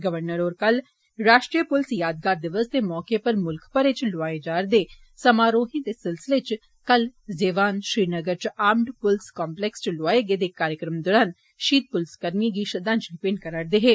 governor होर कल राष्ट्रीय पुलस यादगार दिवस दे मौके पर मुल्ख भरै च लोआए जा करदे समारोहें दे सिलसिलें च कल जेवान श्रीनगर च आर्मड पुलस कम्पलैक्स च लोआए गेदे इक कार्यक्रमै दौरान शहीद पुलसकर्मिए गी श्रद्दांजली भेंट करा करदे हे